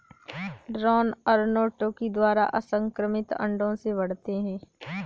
drone अर्नोटोकी द्वारा असंक्रमित अंडों से बढ़ते हैं